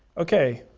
okay,